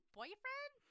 boyfriend